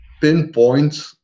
pinpoint